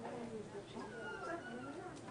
אין פוגעים בזכויות הפרט של אדם מחמת דת,